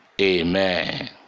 Amen